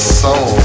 soul